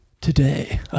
today